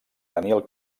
daniel